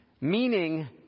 Meaning